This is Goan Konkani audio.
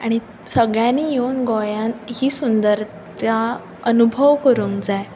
आनी सगळ्यांनी येवन गोंयान ही सुंदरता अनुभव करूंक जाय